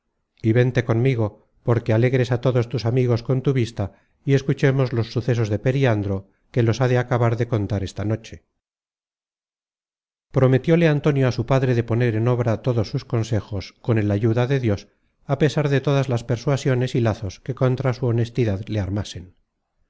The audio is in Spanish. y vente conmigo porque alegres á todos tus amigos con tu vista y escuchemos los sucesos de periandro que los ha de acabar de contar esta noche content from google book search generated at prometióle antonio a su padre de poner en obra todos sus consejos con el ayuda de dios a pesar de todas las persuasiones y lazos que contra su honestidad le armasen